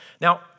Now